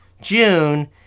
June